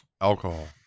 Alcohol